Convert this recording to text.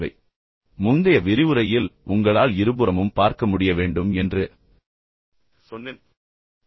இப்போது நீங்கள் அதைச் செய்ய விரும்பினால் முந்தைய விரிவுரையில் உங்களால் இருபுறமும் பார்க்க முடிய வேண்டும் என்று சொன்னேன்